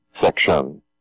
section